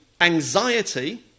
anxiety